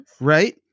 Right